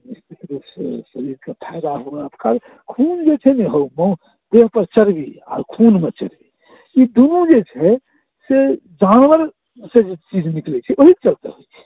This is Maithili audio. निश्चित रूपसँ शरीरके फायदा हुअ ओकर खून जे छै ने हउ माउस देह पर चर्बी आ खूनमे चर्बी ई दुनू जे छै से जानवरसँ जे चीज निकलैत छै ओहि चलते होइ छै